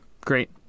great